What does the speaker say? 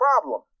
problem